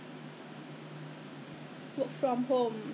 what he's not working work from home oh so good 这样好 leh